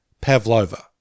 pavlova